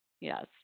Yes